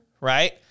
right